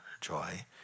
joy